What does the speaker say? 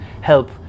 help